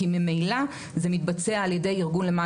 כי ממילא זה מתבצע על ידי ארגון למען